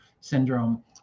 syndrome